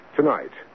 Tonight